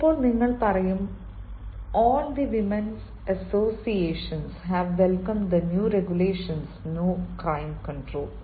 ചിലപ്പോൾ നിങ്ങൾ പറയും all the women's associations have welcomed the new regulations on crime control